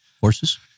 horses